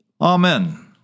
Amen